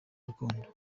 urukundo